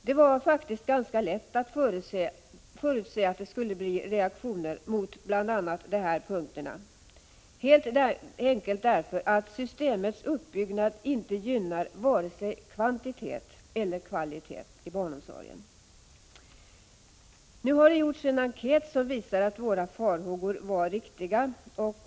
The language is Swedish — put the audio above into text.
Det var faktiskt ganska lätt att förutse att det skulle bli reaktioner mot bl.a. de här punkterna, helt enkelt därför att systemets uppbyggnad inte gynnar vare sig kvantitet eller kvalitet i barnomsorgen. Nu har det gjorts en enkät som visar att våra farhågor var riktiga.